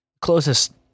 closest